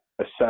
assess